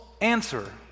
answer